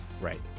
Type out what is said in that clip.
Right